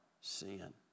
sin